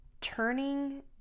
turning